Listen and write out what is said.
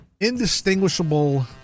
indistinguishable